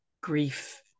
grief